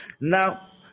Now